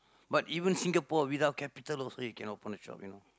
but even Singapore without capital also you can open a shop you know